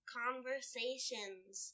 conversations